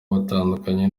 watandukanye